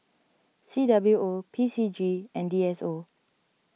C W O P C G and D S O